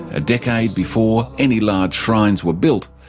a decade before any large shrines were built,